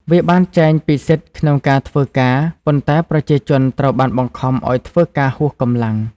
វាបានចែងពីសិទ្ធិក្នុងការធ្វើការ ប៉ុន្តែប្រជាជនត្រូវបានបង្ខំឱ្យធ្វើការហួសកម្លាំង។